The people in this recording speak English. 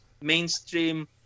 mainstream